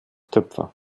töpfer